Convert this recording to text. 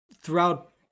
Throughout